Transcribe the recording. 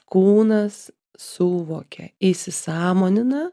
kūnas suvokė įsisąmonina